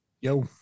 Yo